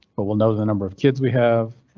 but will know the number of kids we have.